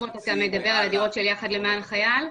מדבר על הדירות של יחד למען החייל?